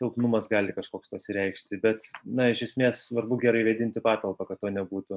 silpnumas gali kažkoks pasireikšti bet na iš esmės svarbu gerai vėdinti patalpą kad to nebūtų